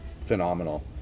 phenomenal